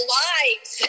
lives